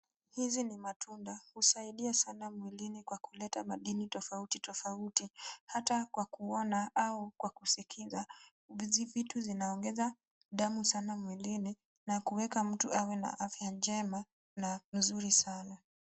Hizi ni matunda. Husaidia sana mwilini kwa kuleta madini tofuati tofauti. Hata kwa kuona au kwa kusikiza. Hizi vitu vinaongeza damu sana mwilini na kuweka mtu awe na afya njema na vizuri sana.